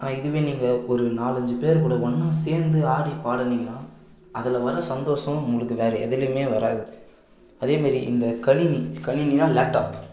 ஆனால் இதுவே நீங்கள் ஒரு நாலஞ்சு பேர்கூட ஒன்னாக சேர்ந்து ஆடி பாடுனிங்கன்னா அதில் வர்ற சந்தோஸம் உங்களுக்கு வேறு எதுலையுமே வராது அதேமாரி இந்த கணினி கணினின்னா லேப்டாப்